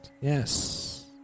Yes